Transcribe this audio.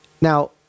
now